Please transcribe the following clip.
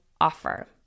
offer